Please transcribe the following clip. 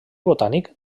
botànic